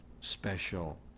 special